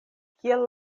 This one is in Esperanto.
kiel